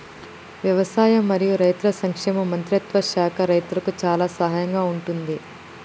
వ్యవసాయం మరియు రైతుల సంక్షేమ మంత్రిత్వ శాఖ రైతులకు చాలా సహాయం గా ఉంటుంది